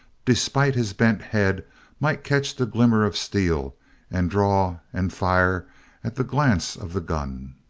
despite his bent head might catch the glimmer of steel and draw and fire at the glance of the gun.